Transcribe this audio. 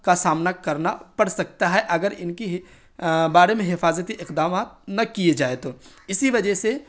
کا سامنا کرنا پڑ سکتا ہے اگر ان کی بارے میں حفاظتی اقدامات نہ کیے جائیں تو اسی وجہ